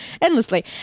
endlessly